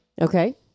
Okay